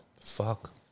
Fuck